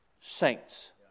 saints